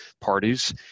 parties